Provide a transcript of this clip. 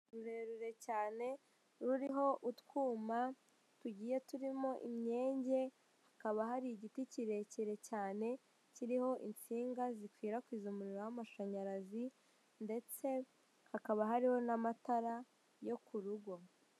Abantu bahagaze harimo uwambaye ikote rifite ibara ry'umukara n'ipantaro yumukara ishati yu'mweru ikanzu ifite ibara y'umukara ndetse n'ikote rifite ibara ry'ubururu ishati y'ubururu n'ipantaro ifite ibara ry'ivu bafite urupapuro ruriho amagambo agiye atandukanye yandikishijwe ibara ry'umweru ndetse n'ubururu.